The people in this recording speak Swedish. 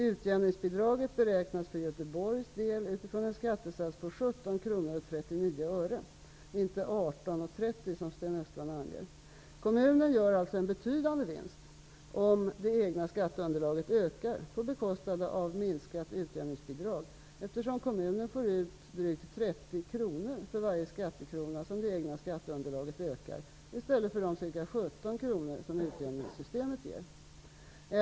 Utjämningsbidraget beräknas för Göteborgs del utifrån en skattesats på Kommunen gör alltså en betydande vinst om det egna skatteunderlaget ökar på bekostnad av minskat utjämningsbidrag, eftersom kommunen får ut drygt 30 kr för varje skattekrona som det egna skatteunderlaget ökar i stället för de ca 17 kr som utjämningssystemet ger.